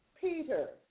Peter